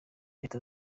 leta